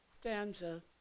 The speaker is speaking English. stanza